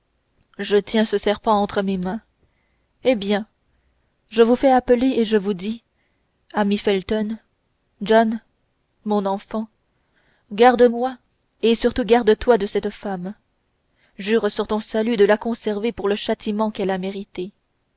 je tiens ce serpent entre mes mains eh bien je vous fais appeler et vous dis ami felton john mon enfant garde-moi et surtout garde-toi de cette femme jure sur ton salut de la conserver pour le châtiment qu'elle a mérité